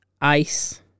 ice